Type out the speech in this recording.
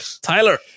Tyler